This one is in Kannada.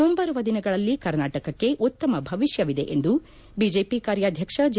ಮುಂಬರುವ ದಿನಗಳಲ್ಲಿ ಕರ್ನಾಟಕಕ್ಕೆ ಉತ್ತಮ ಭವಿಷ್ಯವಿದೆ ಎಂದು ಬಿಜೆಪಿ ಕಾರ್ಯಾಧ್ಯಕ್ಷ ಜೆ